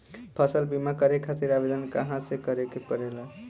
फसल बीमा करे खातिर आवेदन कहाँसे करे के पड़ेला?